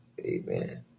Amen